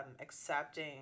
accepting